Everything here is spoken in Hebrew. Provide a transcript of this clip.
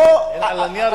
הן על הנייר מאושרות.